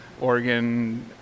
Oregon